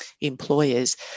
employers